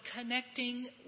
connecting